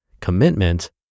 commitment